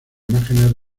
imágenes